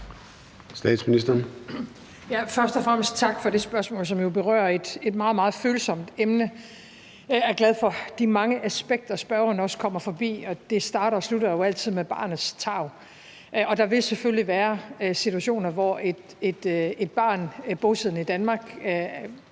Først og fremmest vil jeg sige tak for det spørgsmål, som jo berører et meget, meget følsomt emne. Jeg er glad for de mange aspekter, spørgeren kommer rundt om, og det starter og slutter jo altid med barnets tarv. Og der vil selvfølgelig være situationer, hvor et barn bosiddende i Danmark